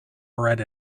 bread